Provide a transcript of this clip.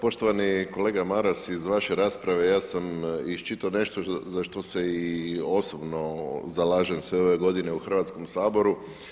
Poštovani kolega Maras iz vaše rasprave ja sam iščitao nešto za što se i osobno zalažem sve ove godine u Hrvatskom saboru.